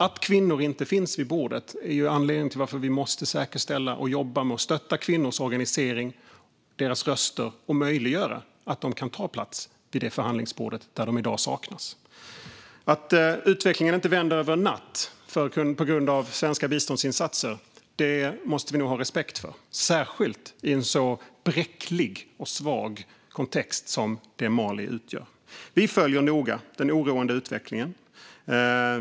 Att kvinnor inte finns vid bordet är anledningen till att vi måste säkerställa och jobba med att stötta kvinnors organisering och deras röster och möjliggöra för dem att ta plats vid det förhandlingsbord där de i dag saknas. Att utvecklingen inte vänder över en natt på grund av svenska biståndsinsatser måste vi nog ha respekt för, särskilt i en så bräcklig och svag kontext som Mali utgör. Vi följer noga den oroande utvecklingen.